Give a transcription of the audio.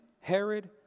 Herod